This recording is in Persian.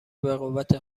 بقوت